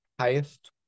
Highest